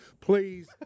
Please